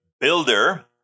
builder